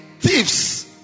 thieves